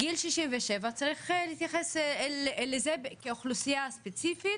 גיל 67 צריך להתייחס לזה כאל אוכלוסייה ספציפית